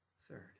Third